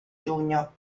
giugno